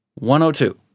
102